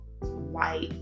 white